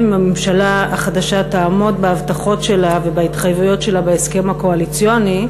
אם הממשלה החדשה תעמוד בהבטחות שלה ובהתחייבויות שלה בהסכם הקואליציוני,